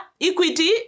equity